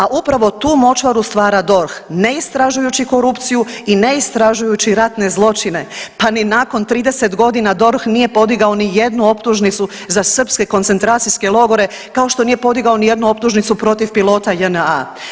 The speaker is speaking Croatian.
A upravo tu močvaru stvara DORH ne istražujući korupciju i ne istražujući ratne zločine, pa ni nakon 30 godina DORH nije podigao nijednu optužnicu za srpske koncentracijske logore kao što nije podigao nijednu optužnicu protiv pilota JNA.